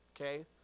Okay